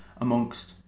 amongst